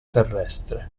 terrestre